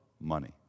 money